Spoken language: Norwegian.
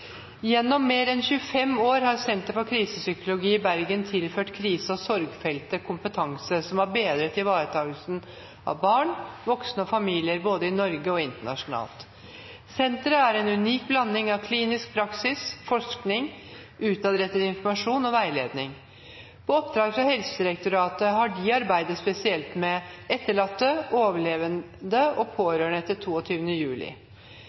Gjennom mer enn 25 år har Senter for Krisepsykologi i Bergen tilført krise- og sorgfeltet kompetanse som har bedret ivaretakelsen av barn, voksne og familier både i Norge og internasjonalt. Senteret var de første til å belyse barns situasjon som sørgende i Norge. Fra tidlig på 1980-tallet har de forsket på barn og sorg – et rent pionerarbeid. Det har bl.a. bedret barns situasjon som pasienter eller pårørende